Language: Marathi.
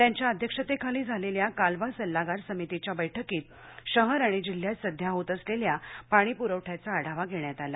त्यांच्या अध्यक्षतेखाली झालेल्या कालवा सल्लागार समितीच्या बैठकीत शहर आणि जिल्ह्यात सध्या होत असलेल्या पाणीपुरवठ्याचा आढावा घेण्यात आला